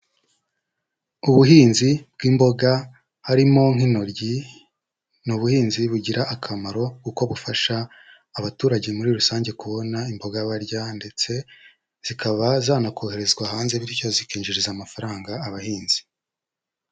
Ubuhinzi bw'imboga harimo nk'intoryi, ni ubuhinzi bugira akamaro kuko bufasha abaturage muri rusange kubona imboga barya ndetse zikaba zanakoherezwa hanze bityo zikinjiriza amafaranga abahinzi.